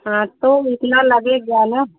हाँ तो इतना लगेगा ना